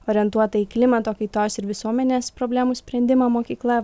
orientuota į klimato kaitos ir visuomenės problemų sprendimą mokykla